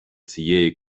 цієї